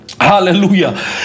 Hallelujah